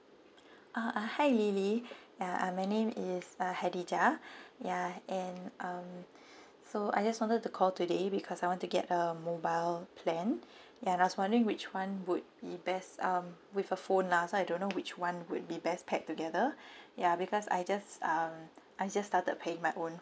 uh hi lily ya uh my name is uh khadijah ya and um so I just wanted to call today because I want to get a mobile plan and I was wondering which one would be best um with a phone lah so I don't know which one would be best pack together ya because I just um I just started paying my own